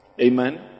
Amen